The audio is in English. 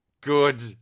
Good